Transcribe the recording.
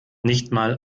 nichtmal